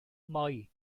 moi